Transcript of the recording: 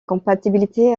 compatibilité